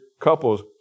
Couples